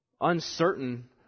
uncertain